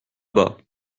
bas